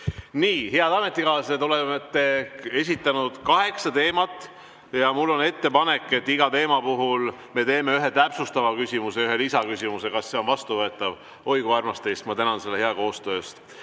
Head ametikaaslased, olete esitanud kaheksa teemat ja mul on ettepanek, et iga teema puhul me teeme ühe täpsustava küsimuse ja ühe lisaküsimuse. Kas see on vastuvõetav? Oi, kui armas teist! Ma tänan selle hea koostöö